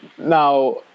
Now